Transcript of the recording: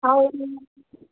ꯊꯥꯎ ꯅꯨꯡꯗꯤ